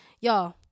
Y'all